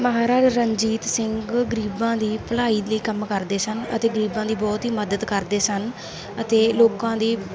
ਮਹਾਰਾਜਾ ਰਣਜੀਤ ਸਿੰਘ ਗਰੀਬਾਂ ਦੀ ਭਲਾਈ ਲਈ ਕੰਮ ਕਰਦੇ ਸਨ ਅਤੇ ਗਰੀਬਾਂ ਦੀ ਬਹੁਤ ਹੀ ਮਦਦ ਕਰਦੇ ਸਨ ਅਤੇ ਲੋਕਾਂ ਦੀ